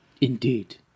Indeed